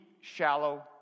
shallow